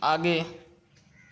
आगे